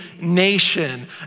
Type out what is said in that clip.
nation